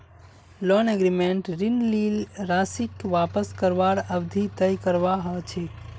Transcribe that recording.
loan एग्रीमेंटत ऋण लील राशीक वापस करवार अवधि तय करवा ह छेक